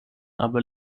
aber